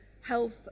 health